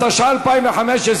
התשע"ה 2015,